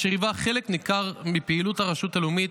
אשר היווה חלק ניכר מפעילות הרשות הלאומית,